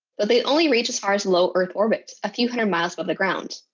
but they only reach as far as low earth orbit, a few hundred miles above the ground.